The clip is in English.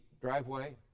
driveway